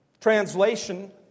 translation